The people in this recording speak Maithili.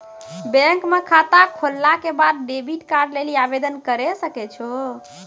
बैंक म खाता खोलला के बाद डेबिट कार्ड लेली आवेदन करै सकै छौ